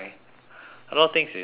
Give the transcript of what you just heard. a lot of things is in chinese